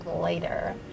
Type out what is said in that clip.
later